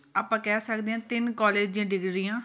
ਆਪਾਂ ਕਹਿ ਸਕਦੇ ਆ ਤਿੰਨ ਕਾਲਜ ਦੀਆਂ ਡਿਗਰੀਆਂ